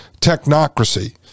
technocracy